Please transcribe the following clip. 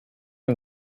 and